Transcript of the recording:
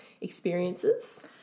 experiences